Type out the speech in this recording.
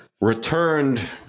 returned